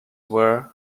were